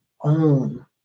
own